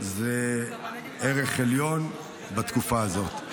זה ערך עליון בתקופה הזאת.